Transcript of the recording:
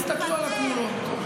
תסתכלו על התמונות.